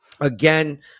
Again